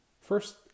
First